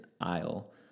aisle